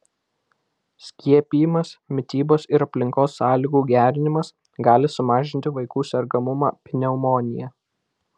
skiepijimas mitybos ir aplinkos sąlygų gerinimas gali sumažinti vaikų sergamumą pneumonija